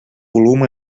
volum